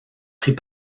pris